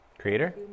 creator